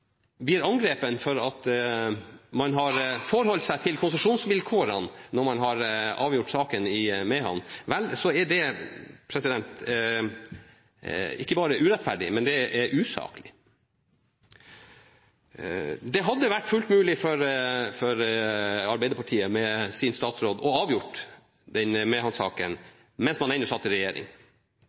blir angrepet for å ha forholdt seg til konsesjonsvilkårene når man har avgjort saken i Mehamn, vel, så er det ikke bare urettferdig, det er usaklig. Det hadde vært fullt mulig for Arbeiderpartiet med sin statsråd å avgjøre Mehamn-saken mens man ennå satt i regjering.